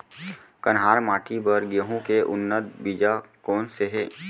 कन्हार माटी बर गेहूँ के उन्नत बीजा कोन से हे?